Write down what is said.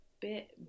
bit